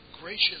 gracious